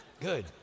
Good